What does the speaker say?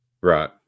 Right